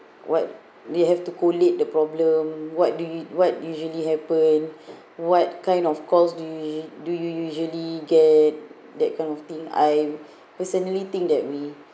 what they have to collate the problem what do you what usually happen what kind of calls do you do you usually get that kind of thing I personally think that we